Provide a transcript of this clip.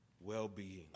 well-being